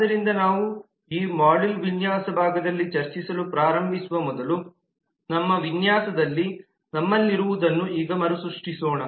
ಆದ್ದರಿಂದ ನಾವು ಈ ಮಾಡ್ಯೂಲ್ ವಿನ್ಯಾಸ ಭಾಗದಲ್ಲಿ ಚರ್ಚಿಸಲು ಪ್ರಾರಂಭಿಸುವ ಮೊದಲು ನಮ್ಮ ವಿನ್ಯಾಸದಲ್ಲಿ ನಮ್ಮಲ್ಲಿರುವದನ್ನು ಈಗ ಮರುಸೃಷ್ಟಿಸೋಣ